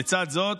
לצד זאת,